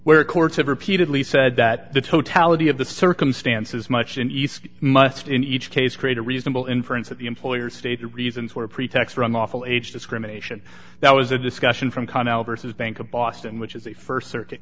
have repeatedly said that the totality of the circumstances much in east must in each case create a reasonable inference that the employer's stated reasons were a pretext or a lawful age discrimination that was a discussion from conall versus bank of boston which is the st circuit